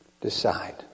decide